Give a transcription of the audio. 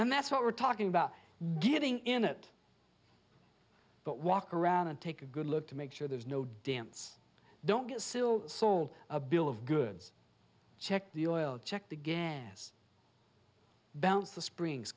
and that's what we're talking about getting in it but walk around and take a good look to make sure there's no dance don't get sill sold a bill of goods check the oil check the gas balance the springs